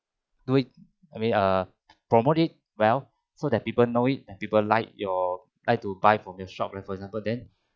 do it I mean err promote it well so that people know it and people like your like to buy from your shop for example then